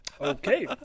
Okay